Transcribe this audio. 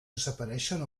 desapareixen